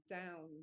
down